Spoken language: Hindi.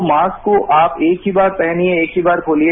तो मास्क को आप एक ही बार पहनिये एक ही बार खोलिए